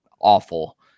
awful